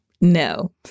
no